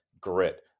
grit